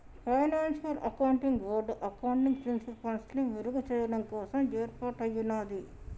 financial accounting board accounting ప్రిన్సిపల్స్ని మెరుగుచెయ్యడం కోసం యేర్పాటయ్యినాది